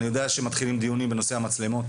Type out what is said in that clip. אני יודע שמתחילים דיונים בנושא המצלמות,